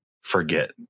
forget